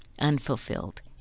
unfulfilled